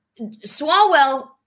Swalwell